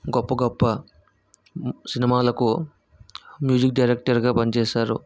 గొప్ప గొప్ప సినిమాలకు మ్యూజిక్ డైరెక్టర్గా పనిచేశారు